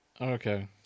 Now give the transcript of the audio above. Okay